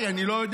אני לא יודע,